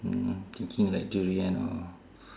thinking like durian or